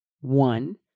One